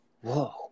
Whoa